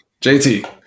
jt